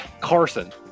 Carson